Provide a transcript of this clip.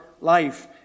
life